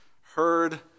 heard